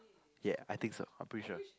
ya I think so I'm pretty sure